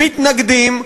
מתנגדים,